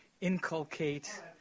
inculcate